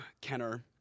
Kenner